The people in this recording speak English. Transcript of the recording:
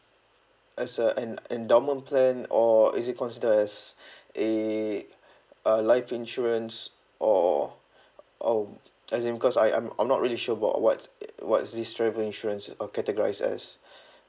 as a an endowment plan or is it consider as a uh life insurance or or as in cause I'm I'm not really sure about what's what's this travel insurance uh categorise as